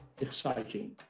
Exciting